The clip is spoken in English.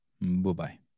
Bye-bye